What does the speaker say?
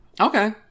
Okay